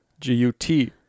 G-U-T